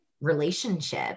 relationship